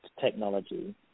technology